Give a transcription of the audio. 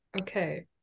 Okay